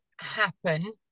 happen